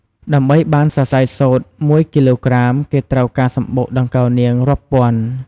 ដើម្បីបានសរសៃសូត្រមួយគីឡូក្រាម គេត្រូវការសំបុកដង្កូវនាងរាប់ពាន់។